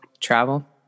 Travel